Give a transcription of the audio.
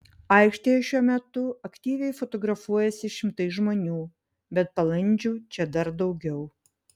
aikštėje šiuo metu aktyviai fotografuojasi šimtai žmonių bet balandžių čia dar daugiau